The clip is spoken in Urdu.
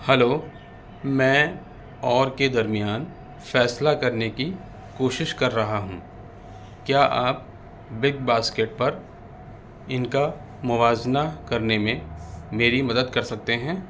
ہیلو میں اور کے درمیان فیصلہ کرنے کی کوشش کر رہا ہوں کیا آپ بگ باسکٹ پر ان کا موازنہ کرنے میں میری مدد کر سکتے ہیں